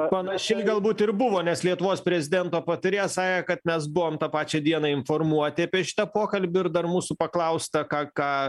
panašiai galbūt ir buvo nes lietuvos prezidento patarėja sakė kad mes buvom tą pačią dieną informuoti apie šitą pokalbį ir dar mūsų paklausta ką ką